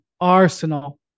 Arsenal